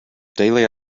daily